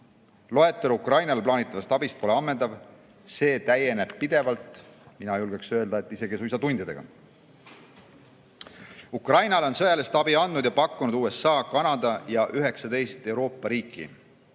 Loetelu Ukrainale anda plaanitavast abist pole ammendav, see täieneb pidevalt – mina julgeksin öelda, et isegi suisa tundidega. Ukrainale on sõjalist abi andnud ja pakkunud USA, Kanada ja 19 Euroopa riiki.